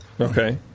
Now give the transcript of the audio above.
Okay